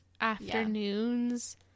afternoons